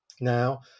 now